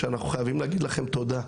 שאנחנו חייבים להגיד לכם תודה.